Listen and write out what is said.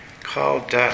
called